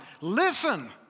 listen